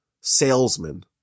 salesman